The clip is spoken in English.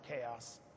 chaos